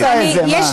הוא עשה את זה, מה?